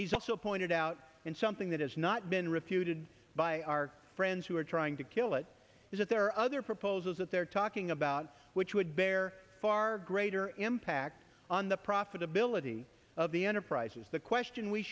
he's also pointed out and something that has not been refuted by our friends who are trying to kill it is that there are other proposals that they're talking about which would bear far greater impact on the profitability of the enterprises the question we